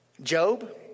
Job